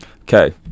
Okay